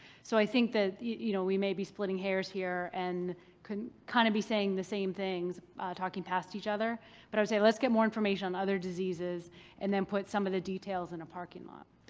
so i think that you know we may be splitting hairs here and kind of be saying the same things talking past each other. but i would say, let's get more information on other diseases and then put some of the details in a parking lot.